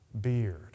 beard